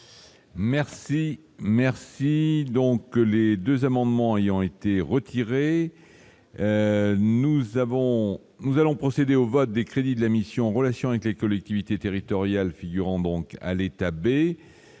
Merci, merci, donc les 2 amendements ayant été retirée, nous avons, nous allons procéder au vote des crédits de la mission, relations avec les collectivités territoriales figurant donc à l'État B.